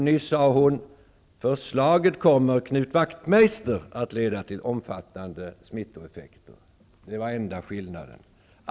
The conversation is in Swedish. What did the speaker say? Nyss sade hon: ''Förslaget kommer, Knut Wachtmeister, att leda till omfattande smittoeffekter.'' Namnbytet var enda skillnaden.